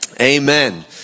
Amen